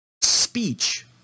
Speech